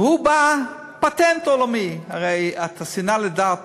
והוא בא, פטנט עולמי: הרי את השנאה לדת